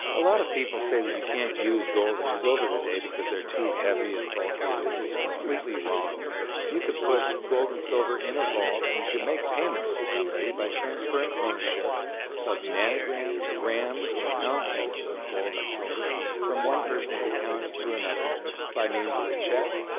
a lot of people say that you can't use gold and silver today because they're too heavy and bulky and it's completely wrong you could put gold and silver in a vault and you could make payments to somebody by transferring ownership of nanograms, grams, or ounces of gold and silver from one person's account to another by means of a check,